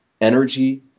energy